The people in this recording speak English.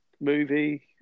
movie